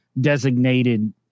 designated